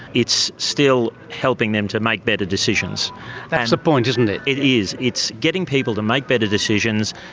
it's still helping them to make better decisions. that's the point, isn't it. it is, it's getting people to make better decisions,